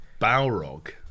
Balrog